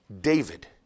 David